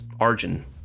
Arjun